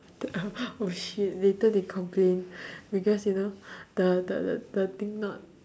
the uh oh shit later they complain because you know the the the the thing not